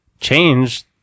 change